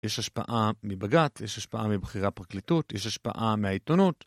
יש השפעה מבג״צ, יש השפעה מבחירי הפרקליטות, יש השפעה מהעיתונות.